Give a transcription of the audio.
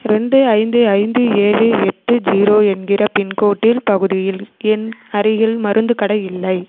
ரெண்டு ஐந்து ஐந்து ஏழு எட்டு ஜீரோ என்கிற பின்கோட்டில் பகுதியில் ஏன் அருகில் மருந்துக் கடை இல்லை